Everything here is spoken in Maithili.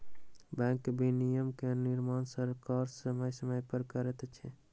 बैंक विनियमन के निर्माण सरकार समय समय पर करैत अछि